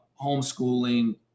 homeschooling